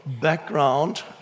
background